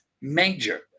major